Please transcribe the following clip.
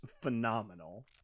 phenomenal